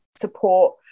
support